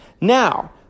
Now